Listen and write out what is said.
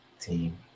team